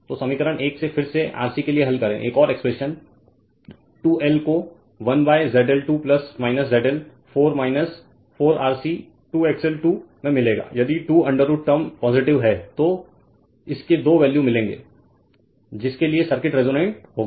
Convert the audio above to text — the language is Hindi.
तो समीकरण 1 से फिर से RC के लिए हल करें एक और एक्सप्रेशन 2L को 1 ZL 2 ZL 4 4 RC 2 XL 2 में मिलेगा यदि 2√ टर्म पॉजिटिव है तो इसके दो वैल्यू मिलेंगे जिसके लिए सर्किट रेसोनेन्ट होगा